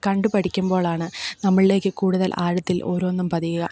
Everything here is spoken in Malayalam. കണ്ടു പഠിക്കുമ്പോളാണ് നമ്മളിലേക്കു കൂടുതൽ ആഴത്തിൽ ഓരോന്നും പതിയുക